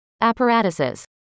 Apparatuses